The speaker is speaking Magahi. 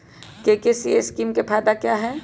के.सी.सी स्कीम का फायदा क्या है?